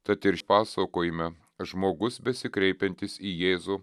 tad ir pasakojime žmogus besikreipiantis į jėzų